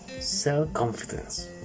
Self-confidence